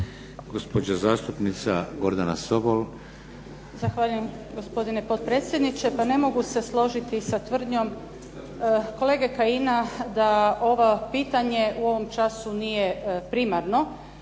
Sobol. **Sobol, Gordana (SDP)** Zahvaljujem gospodine potpredsjedniče. Pa ne mogu se složiti sa tvrdnjom kolege Kajina da ovo pitanje u ovom času nije primarno